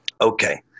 Okay